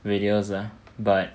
videos ah but